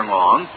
long